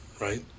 right